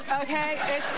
Okay